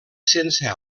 sense